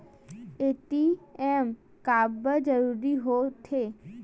ATM काबर जरूरी हो थे?